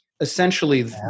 essentially